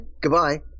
goodbye